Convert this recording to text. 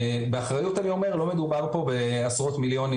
באחריות אני אומר שלא מדובר פה בעשרות מיליונים,